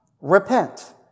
Repent